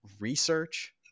research